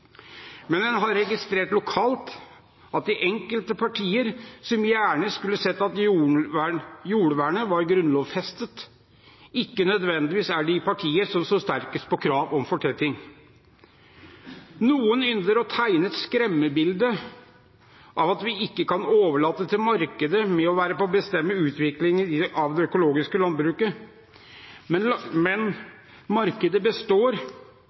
Men en har registrert lokalt at de partier som gjerne skulle sett at jordvernet var grunnlovfestet, ikke nødvendigvis er de partier som står sterkest på krav om fortetting. Noen ynder å tegne et skremmebilde av at vi ikke kan overlate til markedet å være med på å bestemme utviklingen av det økologiske landbruket, men markedet består